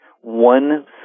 one